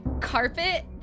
carpet